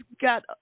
got